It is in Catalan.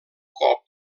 cop